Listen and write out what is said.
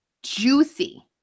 juicy